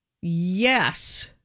yes